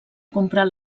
comprar